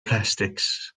plastics